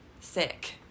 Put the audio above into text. sick